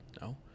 no